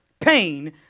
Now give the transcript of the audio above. pain